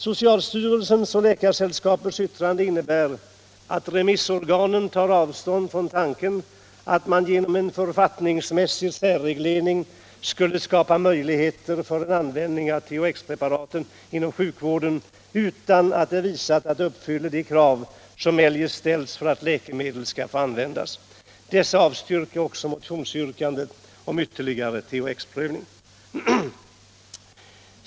Socialstyrelsens och Läkaresällskapets yttranden innebär att remissorganen tar avstånd från tanken att man genom en författningsmässig särreglering skulle skapa möjligheter för en användning av THX-preparatet inom sjukvården utan att det visats att detta uppfyller de krav som eljest ställs för att läkemedel skall få användas. Dessa avstyrker också motionsyrkandet om ytterligare THX-prövning.